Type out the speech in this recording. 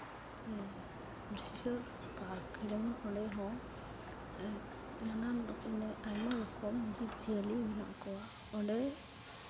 ᱡᱮᱢᱚᱱ ᱚᱸᱰᱮ ᱦᱚᱸ ᱱᱟᱱᱟᱱ ᱨᱚᱠᱚᱢᱮᱨ ᱟᱭᱢᱟ ᱨᱚᱠᱚᱢ ᱡᱤᱵᱽᱼᱡᱤᱭᱟᱹᱞᱤ ᱢᱮᱱᱟᱜ ᱠᱚᱣᱟ ᱚᱸᱰᱮ